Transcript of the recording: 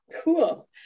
Cool